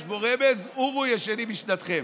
יש בו רמז: עורו ישנים משנתכם.